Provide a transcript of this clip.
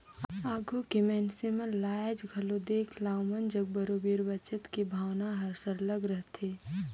आघु के मइनसे मन ल आएज घलो देख ला ओमन जग बरोबेर बचेत के भावना हर सरलग रहथे